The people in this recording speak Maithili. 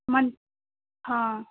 मन हँ